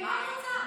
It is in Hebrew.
מה את רוצה?